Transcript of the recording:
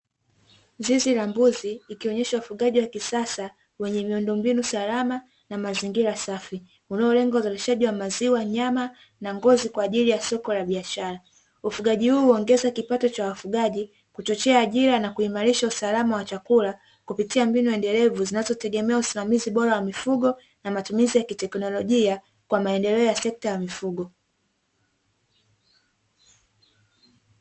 Zizi la mbuzi ikionesha ufugaji wa kisasa wenye miundombinu salama na mazingira safi, unaolenga; uzalishaji wa maziwa, nyama na ngozi kwa ajili ya soko la biashara. Ufugaji huo huongeza kipato cha wafugaji, kuchochea ajira na kuimalisha usalama wa chakula, kupitia mbinu endelevu zinazotegemea usimamizi bora wa mifugo, na matumizi ya kiteknolojia kwa maendeleo ya sekta ya mifugo.